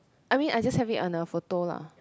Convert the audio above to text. I mean I just have it on a photo lah